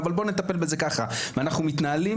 אבל בוא נטפל בזה ככה ואנחנו מתנהלים